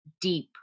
deep